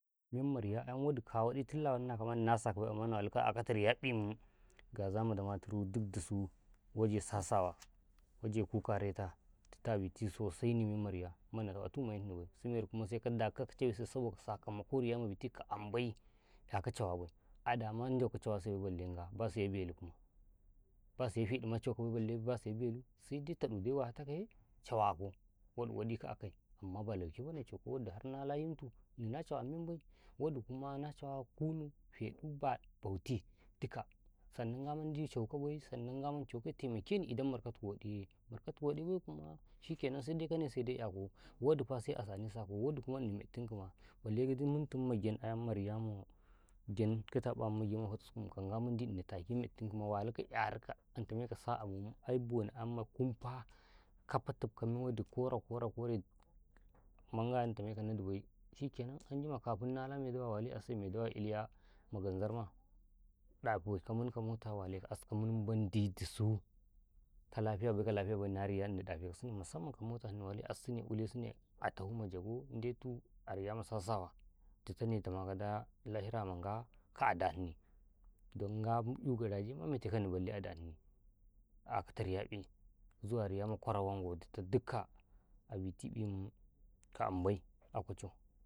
﻿Men ma riya'i wadi ka waɗitun lawan na ka, na na kasi ko bay, amman na walikau ala ka ta riya ƃe gaza ma dama turi giɗ dusu, waje sa-sawa, waje kuka-reta, dutau na biti sosai ne man ka mariyaa, ya ƃatu mai Nni baysaboka, kuma sai sakamako riya ma biti kaamuu, bay ya ka cawa bai adan man jo ka jawa sai bay, ballen gaa, ba siye belu kuma, ba siyau feɗu maacau ka bay, balleh ba siyau belu sai dai, taɗu waya takai yee, cawa kau waɗi-waɗi ka a kaii, ammalauka ka ne cawa bayy, wadi har na layin tu, na cawa man bay wadi kuma na cawa kunu feɗu, baɗu bauti cauka bay, san ga men di cauka bay, sannan ga menti caukau, tema kini, idan mar katu ku waɗi yee, mar katu waɗi baya kuma shikke nan, sai day ka ne, sai ya koo, wadi sai a a sa ne ka sau wadi kuma Nni mettum magyam, ma bale gidi muttum magyam, ma riya ma gyem kuta ƃan ma fataskum kan ga mendi Nnan take metti ki, wali ka, yari kau, nin ta wen ta sa amuu, ba ni anka kun faa, fati ka na kore-kore, kuma ga'yan na tame tu kau, nadi bay, shikkenan, anjuma, kafin nala a sai mai dawa Iliyaa, ma gan jarma ɗa fe ka, min ka mota, aska min ben di dusu, ka lafiya bayyka lafiya bay na riyaa, Nni ɗafe ka nas su ne, musammman ke mota Nni, wali as su ne, ule su a ta fu ma ja gau, de tu riya ma sa-sawa, dita ne ta ma ka daa, lahira man ngaa ka adahi nii, dan ga i gara je ma me tuka Nan dini, balleh zuwa riya ma kwara-wan wan dittau giɗ gaba waɗi, a biti iii, ka amuu, bay a kucau.